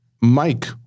Mike